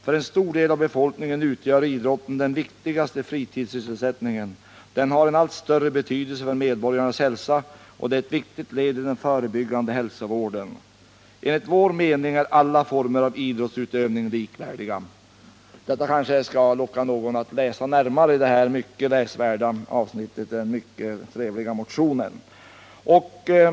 För en stor del av befolkningen utgör idrotten den viktigaste fritidssysselsättningen. Den har en allt större betydelse för medborgarnas hälsa, och är ett viktigt led i den förebyggande hälsovården. Enligt vår mening är alla former av idrottsutövning likvärdiga.” Detta kanske lockar någon att närmare studera det här mycket läsvärda avsnittet i denna synnerligen trevliga motion.